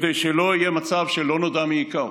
כדי שלא יהיה מצב ש"לא נודע מי הכהו".